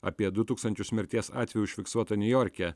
apie du tūkstančius mirties atvejų užfiksuota niujorke